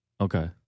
Okay